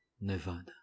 Nevada